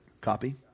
copy